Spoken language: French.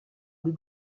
des